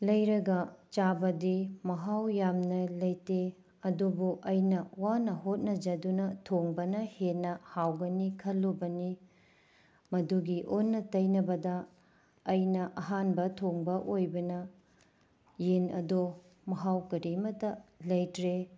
ꯂꯩꯔꯒ ꯆꯥꯕꯗꯤ ꯃꯍꯥꯎ ꯌꯥꯝꯅ ꯂꯩꯇꯦ ꯑꯗꯨꯕꯨ ꯑꯩꯅ ꯋꯥꯅ ꯍꯣꯠꯅꯖꯗꯨꯅ ꯊꯣꯡꯕꯅ ꯍꯦꯟꯅ ꯍꯥꯎꯒꯅꯤ ꯈꯟꯂꯨꯕꯅꯤ ꯃꯗꯨꯒꯤ ꯑꯣꯟꯅ ꯇꯩꯅꯕꯗ ꯑꯩꯅ ꯑꯍꯥꯟꯕ ꯊꯣꯡꯕ ꯑꯣꯏꯕꯅ ꯌꯦꯟ ꯑꯗꯣ ꯃꯍꯥꯎ ꯀꯔꯤ ꯑꯃꯠꯇ ꯂꯩꯇ꯭ꯔꯦ